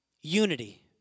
Unity